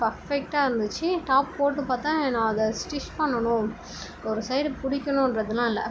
பர்ஃபெக்டாக இருந்துச்சு டாப் போட்டுப்பார்த்தேன் நான் அதை ஸ்டிட்ச் பண்ணணும் ஒரு சைடு பிடிக்கணுன்றதெல்லாம் இல்லை